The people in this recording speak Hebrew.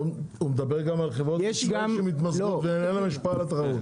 הוא מדבר גם על חברות גדולות שמתמזגות ואין להם השפעה על התחרות?